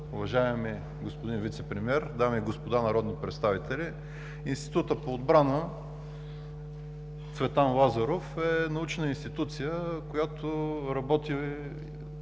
Уважаеми господин Вицепремиер, дами и господа народни представители! Институтът по отбрана „Цветан Лазаров“ е научна институция, която работи